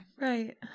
Right